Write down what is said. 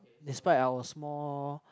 despite our small